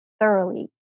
thoroughly